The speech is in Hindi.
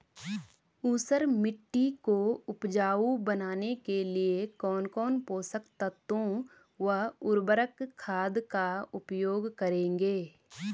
ऊसर मिट्टी को उपजाऊ बनाने के लिए कौन कौन पोषक तत्वों व उर्वरक खाद का उपयोग करेंगे?